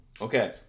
Okay